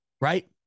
Right